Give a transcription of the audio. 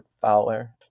Fowler